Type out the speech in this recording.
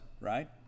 right